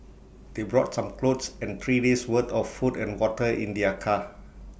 they brought some clothes and three days' worth of food and water in their car